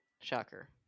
shocker